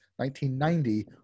1990